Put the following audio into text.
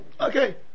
okay